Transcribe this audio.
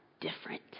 different